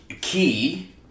key